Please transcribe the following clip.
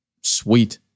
Sweet